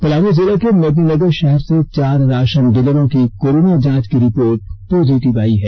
पलामू जिले के मेदिनीनगर षहर में चार राषन डीलरों की कोरोना जांच की रिपोर्ट पॉजिटिव आयी है